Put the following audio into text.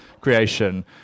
creation